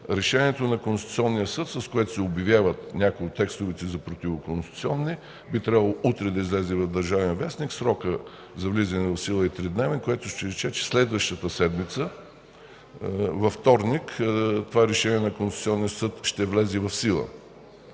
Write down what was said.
решението на Конституционния съд, с което се обявяват някои от текстовете за противоконституционни. Решението би трябвало утре да излезе в „Държавен вестник”. Срокът за влизане в сила е 3-дневeн, което ще рече, че следващата седмица, във вторник, това решение на Конституционния съд ще влезе в сила.